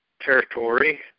territory